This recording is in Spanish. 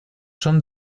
son